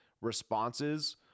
responses